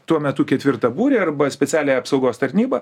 tuo metu ketvirtą būrį arba specialiąją apsaugos tarnybą